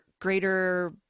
greater